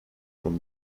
from